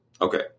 okay